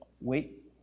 wait